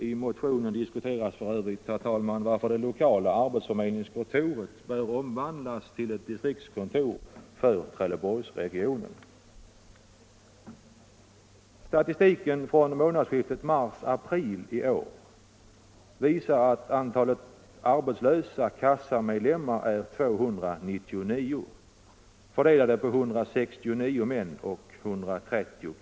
I motionen diskuteras f. ö., herr talman, varför det lokala arbetsförmedlingskontoret bör omvandlas till ett distriktskontor för Trelleborgsregionen.